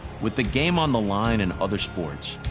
with the game on the line in other sports,